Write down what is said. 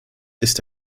ist